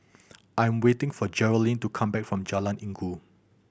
I'm waiting for Geralyn to come back from Jalan Inggu